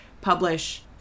publish